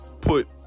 put